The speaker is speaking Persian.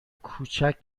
کوچک